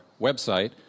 website